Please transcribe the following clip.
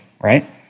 right